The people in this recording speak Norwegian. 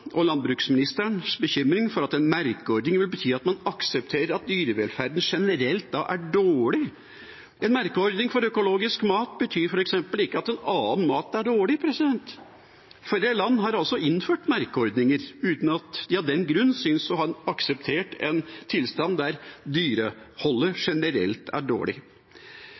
og landbruksministerens bekymring for at en merkeordning vil bety at en aksepterer at dyrevelferden generelt er dårlig. En merkeordning for økologisk mat betyr f.eks. ikke at annen mat er dårlig. Flere land har innført merkeordninger uten at de av den grunn synes å ha akseptert en tilstand der dyreholdet generelt er dårlig.